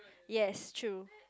yes true